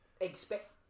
expect